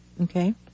Okay